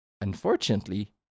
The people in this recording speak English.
Unfortunately